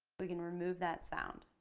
we can remove that sound.